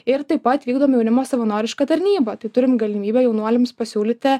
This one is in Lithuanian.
ir taip pat vykdom jaunimo savanorišką tarnybą tai turim galimybę jaunuoliams pasiūlyti